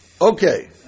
Okay